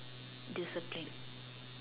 discipline